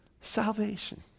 salvation